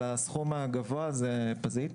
הסכום הגבוה, מה הוא, פזית?